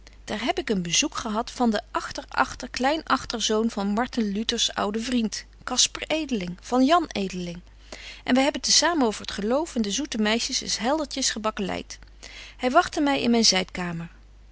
daar heb ik een bezoek gehad van den agter agter klein agter zoon van marten luters ouden vriend casper edeling van jan edeling en wy hebben te saam over het geloof en de zoete meisjes eens heldertjes gebakkeleit hy wagtte my in myn zydkamer